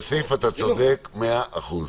כסיף, אתה צודק מאה אחוז.